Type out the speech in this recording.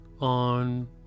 on